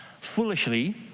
foolishly